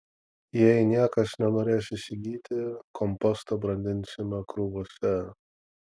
jei niekas nenorės įsigyti kompostą brandinsime krūvose